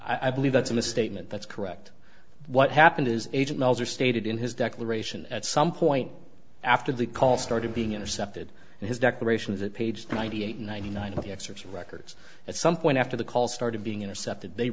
i believe that's a misstatement that's correct what happened is age males are stated in his declaration at some point after the call started being intercepted and his declaration that page ninety eight ninety nine of the excerpts records at some point after the call started being intercepted they